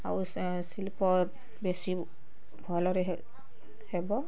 ଆଉ ଶିଳ୍ପ ବେଶୀ ଭଲରେ ହେବ